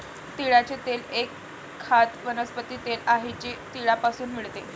तिळाचे तेल एक खाद्य वनस्पती तेल आहे जे तिळापासून मिळते